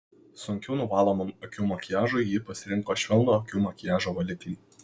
sunkiau nuvalomam akių makiažui ji pasirinko švelnų akių makiažo valiklį